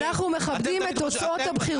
אין שום בעיה, אנחנו מכבדים את תוצאות הבחירות.